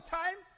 time